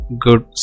Good